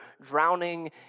drowning